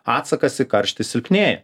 atsakas į karštį silpnėja